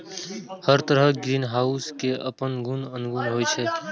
हर तरहक ग्रीनहाउस केर अपन गुण अवगुण होइ छै